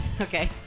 Okay